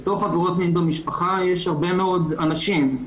יש הרבה מאוד אנשים.